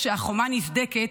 כשהחומה נסדקת,